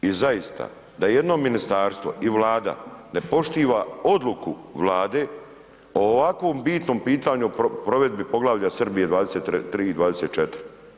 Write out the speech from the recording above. I zaista da jedno ministarstvo i Vlada ne poštiva odluku Vlade o ovakvom bitnom pitanju o provedbi Poglavlja Srbije 23 i 24.